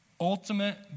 ultimate